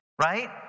right